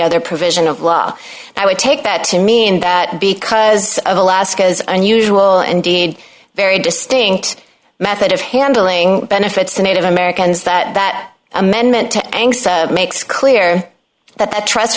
other provision of law that would take that to mean that because of alaska's unusual indeed very distinct method of handling benefits to native americans that that amendment makes clear that the trust